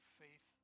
faith